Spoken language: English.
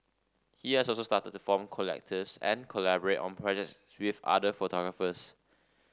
he has also started to form collectives and collaborate on projects with other photographers